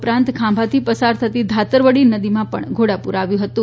ઉપરાંત ખાંભાથી પસાર થતી ધાતરવડી નદીમા પણ ઘોડાપુર આવ્યું હતુ